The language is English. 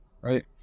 right